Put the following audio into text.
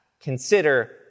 consider